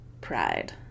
Pride